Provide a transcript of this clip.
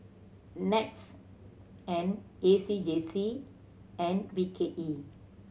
NETS and A C J C and B K E